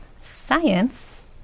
science